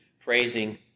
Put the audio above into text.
praising